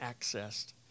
accessed